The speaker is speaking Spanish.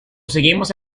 seguimos